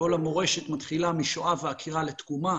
כל המורשת מתחילה משואה ועקירה לתקומה.